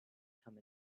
become